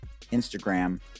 Instagram